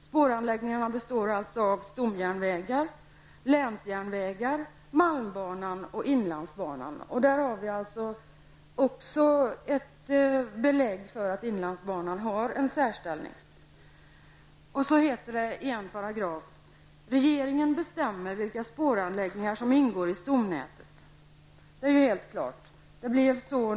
Spåranläggningarna består alltså av stomjärnvägar, länsjärnvägar, malmbanan och inlandsbanan. Där har vi också ett belägg för att inlandsbanan har en särställning. I 4 § heter det: ''Regeringen bestämmer vilka spåranläggningar som ingår i stomnätet''. Det är ju helt klart.